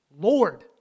Lord